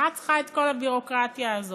מה את צריכה את כל הביורוקרטיה הזאת?